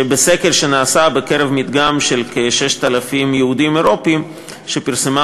שבסקר במדגם של כ-6,000 יהודים אירופים שפרסמה